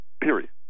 period